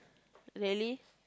really